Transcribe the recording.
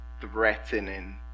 threatening